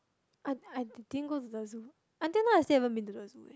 I I didn't go to the zoo until now I still haven't been to the zoo